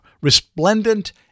resplendent